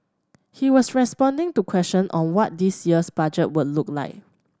he was responding to questions on what this year's budget would look like